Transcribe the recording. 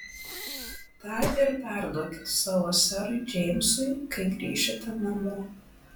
tą ir perduokit savo serui džeimsui kai grįšite namo